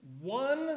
One